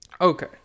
Okay